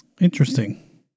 Interesting